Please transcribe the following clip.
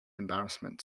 embarrassment